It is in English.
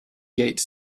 gate